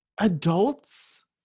Adults